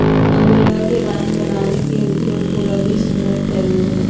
अंगूरवा से वाइन बनावे के उद्योग पूरा विश्व में फैल्ल हई